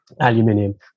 aluminium